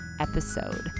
episode